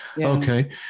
Okay